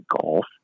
golf